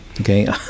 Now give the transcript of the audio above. okay